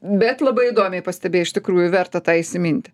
bet labai įdomiai pastebėjai iš tikrųjų verta tą įsiminti